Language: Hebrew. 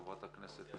חברת הכנסת